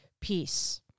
peace